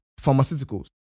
Pharmaceuticals